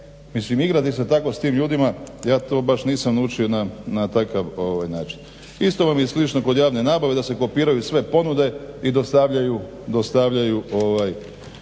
Mislim igrati se tako s tim ljudima ja to baš nisam naučio na takav način. Isto vam je slično kod javne nabave da se kopiraju sve ponude i dostavljaju